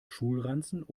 schulranzen